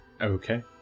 Okay